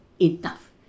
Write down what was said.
enough